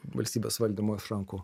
valstybės valdymo iš rankų